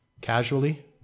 casually